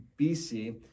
BC